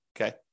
okay